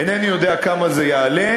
אינני יודע כמה זה יעלה,